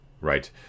right